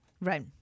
right